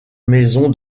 maison